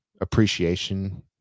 appreciation